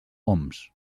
oms